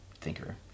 thinker